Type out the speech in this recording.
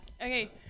Okay